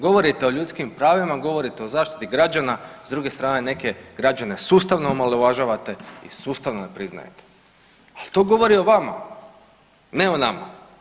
Govorite o ljudskim pravima, govorite o zaštiti građana s druge strane neke građane sustavno omalovažavate i sustavno ne priznajete, ali to govori o vama, ne o nama.